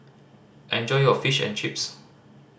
enjoy your Fish and Chips